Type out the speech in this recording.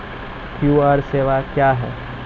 QR सेवा क्या हैं?